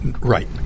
Right